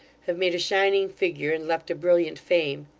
have made a shining figure and left a brilliant fame.